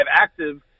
active